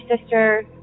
sister